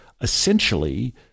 essentially